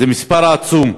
זה מספר עצום.